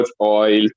oil